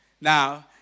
Now